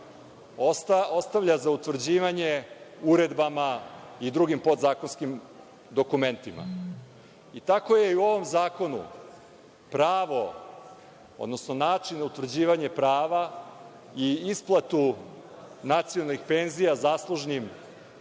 ostavlja za utvrđivanje uredbama i drugim podzakonskim dokumentima i tako je i u ovom zakonu pravo, odnosno način utvrđivanja prava i isplatu nacionalnih penzija zaslužnim